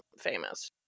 famous